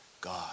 god